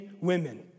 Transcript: women